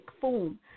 form